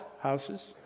houses